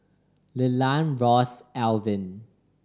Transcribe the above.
Leland Ross and Alvin